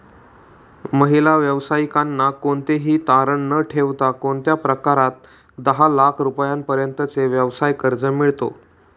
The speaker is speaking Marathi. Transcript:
महिला व्यावसायिकांना कोणतेही तारण न ठेवता कोणत्या प्रकारात दहा लाख रुपयांपर्यंतचे व्यवसाय कर्ज मिळतो?